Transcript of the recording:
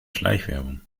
schleichwerbung